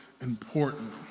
important